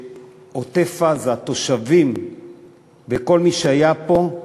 שעוטף-עזה, התושבים וכל מי שהיה פה,